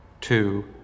Two